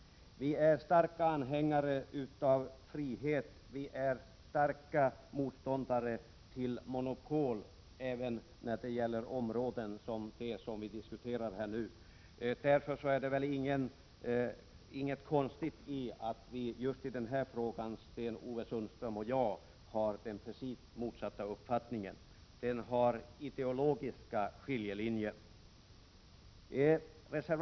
Vi är starka anhängare av frihet. Vi är starka motståndare till monopol, även när det gäller de områden som vi nu diskuterar här. Det är därför inte konstigt att Sten-Ove Sundström och jag har precis motsatt uppfattning i just denna fråga. Det finns nämligen ideologiska skiljelinjer här.